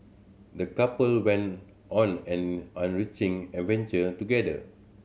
the couple went on an enriching adventure together